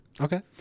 Okay